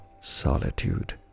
solitude